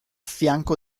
fianco